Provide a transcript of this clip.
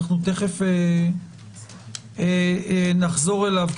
תכף נחזור אליו,